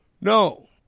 No